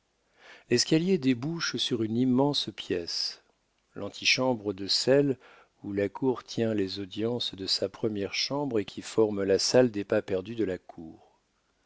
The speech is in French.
l'escalier débouche sur une immense pièce l'antichambre de celle où la cour tient les audiences de sa première chambre et qui forme la salle des pas-perdus de la cour